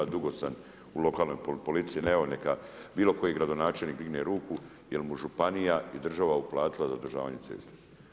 Dugo sam u lokalnoj politici, evo neka bilo koji gradonačelnik digne ruku jel mu županija i država uplatila za održavanje cesta.